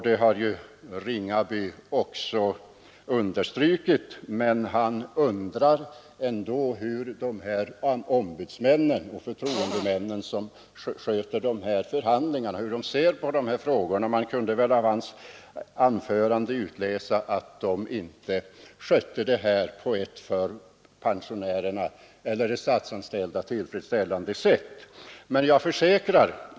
Det har herr Ringaby också understrukit, men han undrar ändå hur de ombudsmän och förtroendemän som sköter förhandlingarna ser på dessa frågor. Man kunde av hans anförande utläsa att de inte sköter det här på ett för de statsanställda tillfredsställande sätt.